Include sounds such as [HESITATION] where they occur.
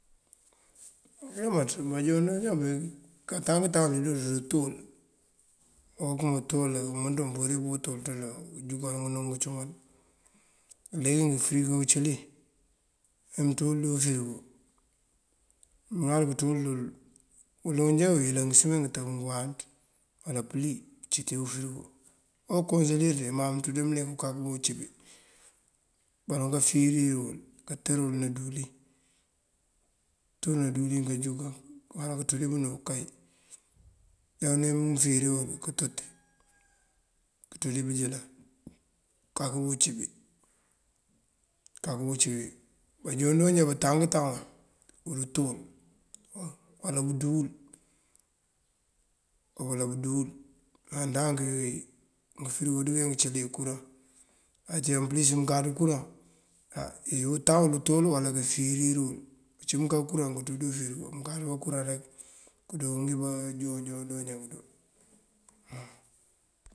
Uyámaţ banjoon joojá kantan këtan wël dí utul okëma tul wël umënţ wun mëmpurir puwët wul ţël ujúkan ngënú ngëcumal. Leegi ngëfurigo ucëli, amënţú wël dí ufërigo, ŋal kënţú dël uloŋ joo uyëlan ngësemen ngëtëb ngëwáanţ wala pëlí ţí dí ufurigo. Uwukogelir de me kaţa kancíţ ulek kak bí nací bí, baloŋ kafíiri yul kantër ná díwulin. Kantër ná díwulin kanjúkan wala kanţú dí bënú ukáy ujá uler wí ufíiri yël këtoti kanţú dí bëjëlan ukak bí ucí bí, ukak bí ucí bí. Banjoon joojá kantan këtan udutul uwala bëdúu wël, uwala bëdúu wël. Má ndank kay ngëfurigo ruka cëli dí kuraŋ. Uncí ëmplis mënkáţ kuraŋ á yutáb utul wala kafirir wël. Uncí mënká kuraŋ kënţú dí ufurigo mënkáţ kuraŋ rek këroo bí bajoon joojá budoo. [HESITATION]